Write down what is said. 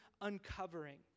uncovering